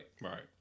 Right